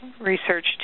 research